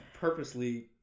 purposely